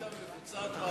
אדוני היושב-ראש,